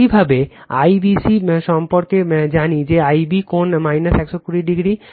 একইভাবে IBC সম্পর্কে জানি যে Ib কোণ 120o